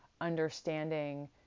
understanding